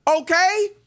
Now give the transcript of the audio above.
Okay